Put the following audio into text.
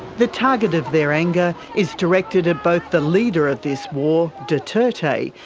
the target of their anger is directed at both the leader of this war, duterte,